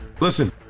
Listen